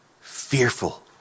fearful